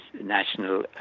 National